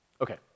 Okay